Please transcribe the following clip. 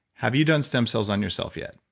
have you done stem cells on yourself yet?